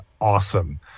awesome